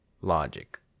logic